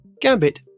Gambit